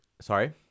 sorry